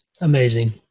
Amazing